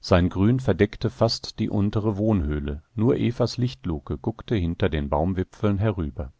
sein grün verdeckte fast die untere wohnhöhle nur evas lichtluke guckte hinter den baumwipfeln herüber